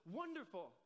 wonderful